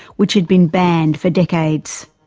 which had been banned for decades.